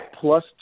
plus